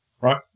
right